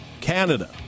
Canada